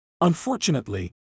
Unfortunately